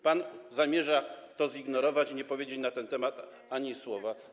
Pan zamierza to zignorować i nie powiedzieć na ten temat ani słowa.